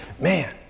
man